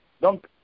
donc